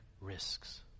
risks